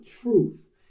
truth